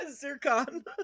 Zircon